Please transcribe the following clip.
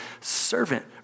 servant